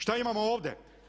Šta imamo ovdje?